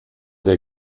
der